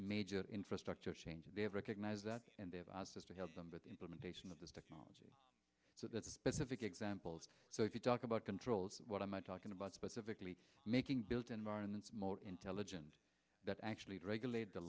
major infrastructure changes they have recognized that and they've asked us to help them but the implementation of this technology so that the specific examples so if you talk about controls what am i talking about specifically making built environment more intelligent that actually regulated the